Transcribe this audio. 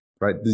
right